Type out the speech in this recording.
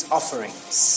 Offerings